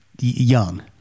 young